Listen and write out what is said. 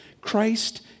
Christ